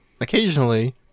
occasionally